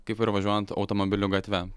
kaip ir važiuojant automobiliu gatve